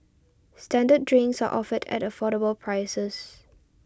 standard drinks are offered at affordable prices